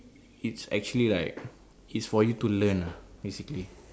it's actually like it's for you to learn ah basically